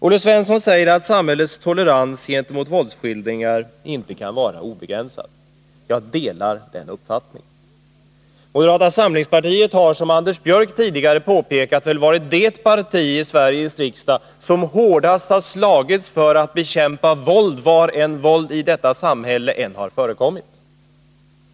Olle Svensson säger att samhällets tolerans gentemot våldsskildringar inte kan vara obegränsad. Jag delar den uppfattningen. Moderata samlingspartiet har, som Anders Björck tidigare påpekat, varit det parti i Sveriges riksdag som hårdast har slagits för att bekämpa våld, var än våld i detta samhälle förekommit.